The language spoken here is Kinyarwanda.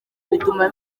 bituma